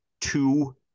two